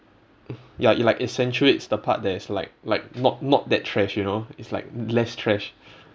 ya it like accentuates the part that is like like not not that trash you know it's like less trash